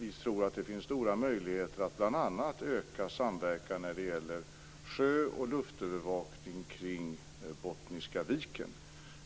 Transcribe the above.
Vi tror att det finns stora möjligheter att bl.a. öka samverkan när det gäller sjö och luftövervakning kring Bottniska viken.